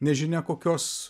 nežinia kokios